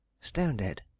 Stone-dead